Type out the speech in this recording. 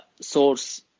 source